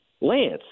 Lance